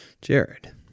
Jared